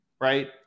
right